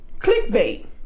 clickbait